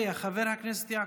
חבר הכנסת ינון אזולאי,